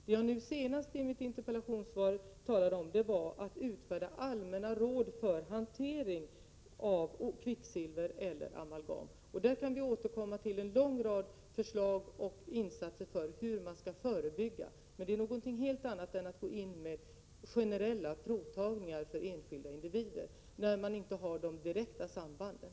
Vad jag nu senast i mitt interpellationssvar talade om var utfärdande av allmänna råd för hantering av kvicksilver eller amalgam. I det sammanhanget kan vi återkomma till en lång rad förslag och insatser när det gäller att förebygga. Men det är någonting helt annat än att gå in med generella provtagningar för enskilda individer, när man inte har de direkta sambanden.